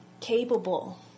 capable